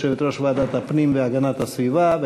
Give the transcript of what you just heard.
יושבת-ראש ועדת הפנים והגנת הסביבה,